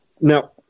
Now